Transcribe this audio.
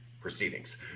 proceedings